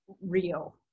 real